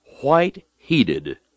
white-heated